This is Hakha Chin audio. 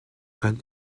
kan